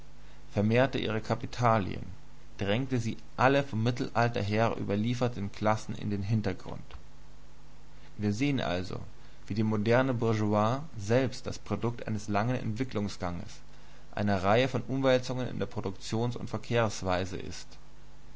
vermehrte sie ihre kapitalien drängte sie alle vom mittelalter her überlieferten klassen in den hintergrund wir sehen also wie die moderne bourgeoisie selbst das produkt eines langen entwicklungsganges einer reihe von umwälzungen in der produktions und verkehrsweise ist